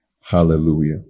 Hallelujah